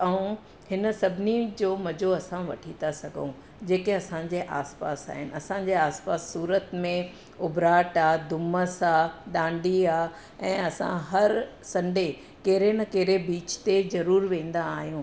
ऐं हिन सभिनी जो मज़ो असां वठी था सघूं जेके असांजे आसपासि आहिनि असांजे आसपासि सूरत में उबराट आहे डुमस आहे दांडी आहे ऐं असां हर संडे कहिड़े न कहिड़े बीच ते ज़रूरु वेंदा आहियूं